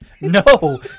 No